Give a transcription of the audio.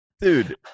dude